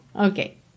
Okay